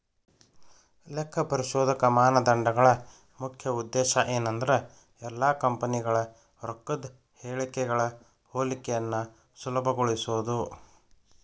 ಲೆಕ್ಕಪರಿಶೋಧಕ ಮಾನದಂಡಗಳ ಮುಖ್ಯ ಉದ್ದೇಶ ಏನಂದ್ರ ಎಲ್ಲಾ ಕಂಪನಿಗಳ ರೊಕ್ಕದ್ ಹೇಳಿಕೆಗಳ ಹೋಲಿಕೆಯನ್ನ ಸುಲಭಗೊಳಿಸೊದು